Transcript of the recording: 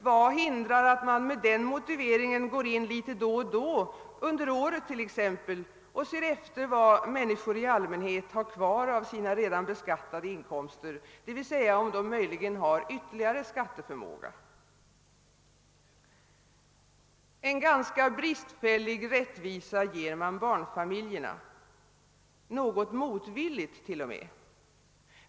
Vad hindrar att man med den motiveringen går in litet då och då, under året t.ex., och ser efter vad människor i allmänhet har kvar av sina redan beskattade inkomster, d.v.s. om de möjligen har yvtterligare skatteförmåga? En ganska bristfällig rättvisa ger man barnfamiljerna, något motvilligt till och med.